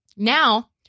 Now